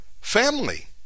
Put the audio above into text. family